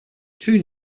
two